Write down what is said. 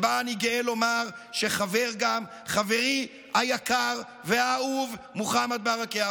שבה אני גאה לומר שחבר גם חברי היקר והאהוב מוחמד ברכה,